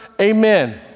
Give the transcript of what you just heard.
Amen